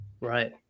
Right